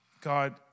God